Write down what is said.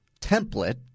template